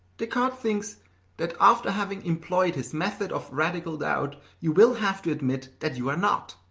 descartes thinks that after having employed his method of radical doubt, you will have to admit that you are not.